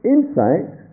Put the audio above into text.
Insight